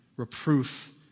reproof